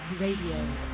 Radio